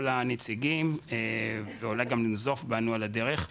הנציגים ואולי גם לנזוף בנו על הדרך,